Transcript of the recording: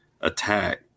attack